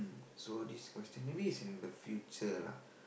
so this question maybe is in the future lah